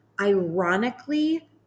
ironically